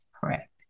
Correct